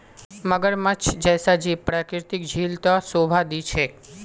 मगरमच्छ जैसा जीव प्राकृतिक झील त शोभा दी छेक